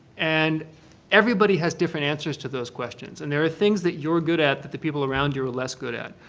and everybody has different answers to those questions. and there are things that you're good at that the people around you are less good at.